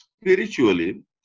spiritually